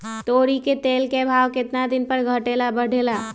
तोरी के तेल के भाव केतना दिन पर घटे ला बढ़े ला?